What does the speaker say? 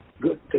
good